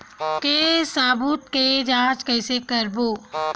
के सबूत के जांच कइसे करबो?